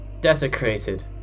desecrated